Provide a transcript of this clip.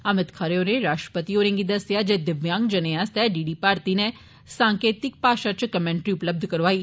अमित खर्रे होरें राष्ट्रपति होरें गी दस्सेआ जे दिव्यांग जने आस्तै डीडी भारती ने सांकेतिक भाषा च कमैंटरी उपलब्ध करवाई